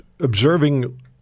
observing